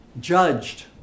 judged